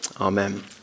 Amen